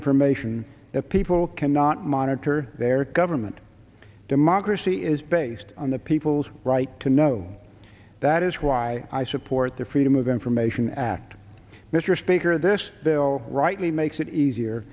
information that people cannot monitor their gover that democracy is based on the people's right to know that is why i support the freedom of information act mr speaker this bill rightly makes it easier